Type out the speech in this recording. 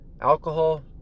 alcohol